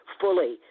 fully